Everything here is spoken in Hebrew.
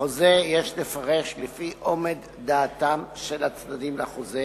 חוזה יש לפרש לפי אומד דעתם של הצדדים לחוזה